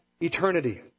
eternity